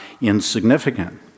insignificant